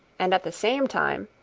and at the same time,